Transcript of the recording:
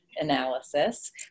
analysis